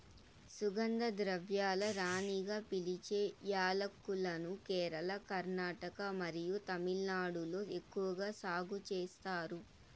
సుగంధ ద్రవ్యాల రాణిగా పిలిచే యాలక్కులను కేరళ, కర్ణాటక మరియు తమిళనాడులో ఎక్కువగా సాగు చేస్తారు